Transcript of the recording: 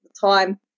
time